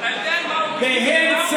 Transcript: אתה יודע מה הוא, מה הוא, מה הוא,